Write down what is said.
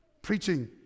Preaching